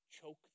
choke